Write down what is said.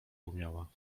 umiała